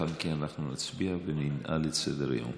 לאחר מכן אנחנו נצביע וננעל את סדר-היום.